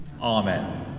Amen